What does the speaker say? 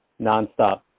nonstop